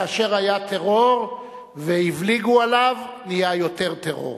כאשר היה טרור והבליגו עליו נהיה יותר טרור.